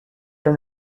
ten